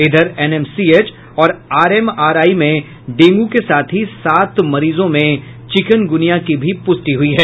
इधर एनएमसीएच और आरएमआरआई में डेंगू के साथ ही सात मरीजों में चिकुनगुनिया की भी पुष्टि हुई है